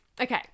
Okay